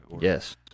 Yes